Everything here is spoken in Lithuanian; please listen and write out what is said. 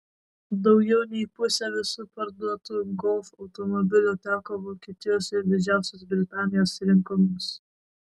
daugiau nei pusė visų parduotų golf automobilių teko vokietijos ir didžiosios britanijos rinkoms